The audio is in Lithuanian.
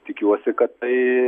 tikiuosi kad tai